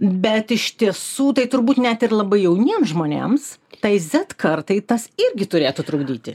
bet iš tiesų tai turbūt net ir labai jauniems žmonėms tai zed kartai tas irgi turėtų trukdyti